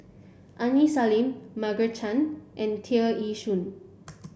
Aini Salim Margaret Chan and Tear Ee Soon